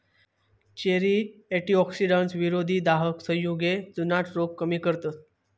cherry antioxidants, विरोधी दाहक संयुगे, जुनाट रोग कमी करतत